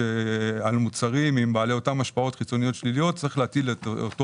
שעל מוצרים שיש להם אותן השפעות חיצוניות שליליות צריך להטיל את אותו